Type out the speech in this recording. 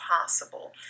possible